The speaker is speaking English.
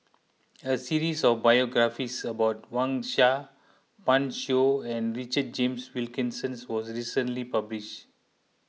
a series of biographies about Wang Sha Pan Shou and Richard James Wilkinson was recently published